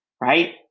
right